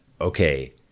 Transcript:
okay